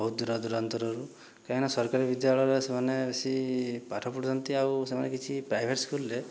ବହୁତ ଦୂର ଦୁରାନ୍ତରରୁ କାହିଁକିନା ସରକାରୀ ବିଦ୍ୟାଳୟରେ ସେମାନେ ଆସି ପାଠ ପଢ଼ନ୍ତି ଆଉ ସେମାନେ କିଛି ପ୍ରାଇଭେଟ ସ୍କୁଲରେ